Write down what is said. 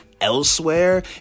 elsewhere